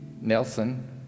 Nelson